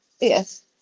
Yes